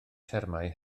termau